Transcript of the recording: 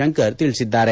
ಶಂಕರ್ ತಿಳಿಸಿದ್ದಾರೆ